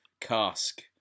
cask